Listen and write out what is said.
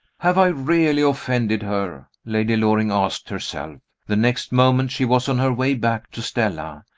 have i really offended her? lady loring asked herself. the next moment she was on her way back to stella.